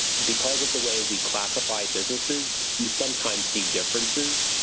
because of the way we classify businesses you sometimes see differences.